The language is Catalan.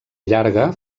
llarga